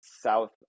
south